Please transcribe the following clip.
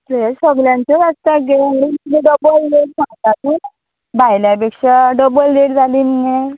fresh सगल्यांचे आसता गे तुगे डबल रेट सांगता तूं भायल्या पेक्षा डबल रेट जाली मगे